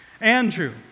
Andrew